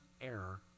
error